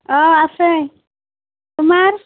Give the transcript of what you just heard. অঁ আছে তোমাৰ